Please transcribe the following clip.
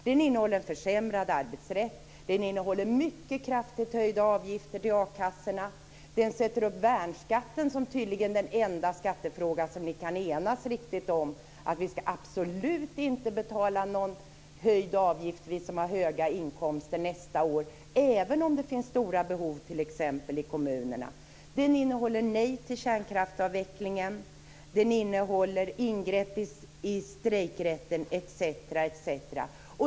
Den innehåller försämrad arbetsrätt och mycket kraftigt höjda avgifter till a-kassorna. Den sätter upp värnskatten som tydligen den enda skattefråga ni kan enas riktigt om. Vi som har höga inkomster skall absolut inte betala någon höjd avgift nästa år, även om det finns stora behov t.ex. i kommunerna. Den innehåller nej till kärnkraftsavvecklingen, och den innehåller ingrepp i strejkrätten.